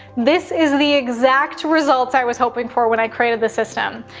this is the exact result i was hoping for when i created the system.